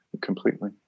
Completely